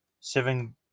seven